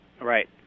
Right